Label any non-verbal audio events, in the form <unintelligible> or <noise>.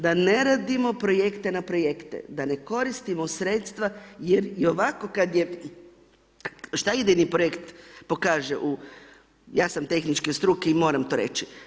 Da ne radimo projekte na projekte, da ne koristimo sredstva, gdje bi i ovako kada je, šta … <unintelligible> projekt pokaže u, ja sam tehničke struke i moram to reći.